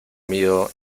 mío